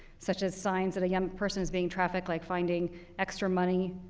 such as signs that a young person is being trafficked, like finding extra money,